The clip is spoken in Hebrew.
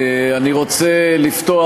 אני רוצה לפתוח,